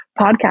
podcast